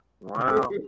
Wow